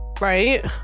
right